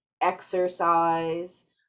exercise